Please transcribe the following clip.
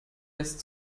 lässt